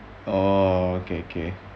oh okay okay